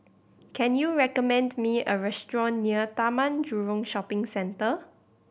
can you recommend me a restaurant near Taman Jurong Shopping Centre